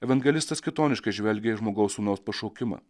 evangelistas kitoniškai žvelgia į žmogaus sūnaus pašaukimą